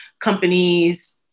companies